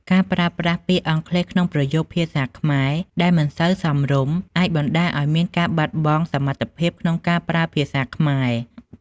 ការប្រើប្រាស់ពាក្យអង់គ្លេសក្នុងប្រយោគភាសាខ្មែរដែលមិនសូវសមរម្យអាចបណ្តាលឱ្យមានការបាត់បង់សមត្ថភាពក្នុងការប្រើភាសាខ្មែរ។